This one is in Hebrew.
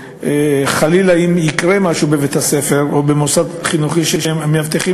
וחלילה אם יקרה משהו בבית-הספר או במוסד החינוכי שהם מאבטחים,